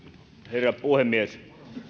herra puhemies